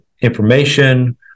information